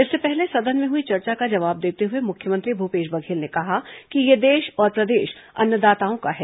इससे पहले सदन में हुई चर्चा का जवाब देते हुए मुख्यमंत्री भूपेश बघेल ने कहा कि यह देश और प्रदेश अन्नदाताओं का है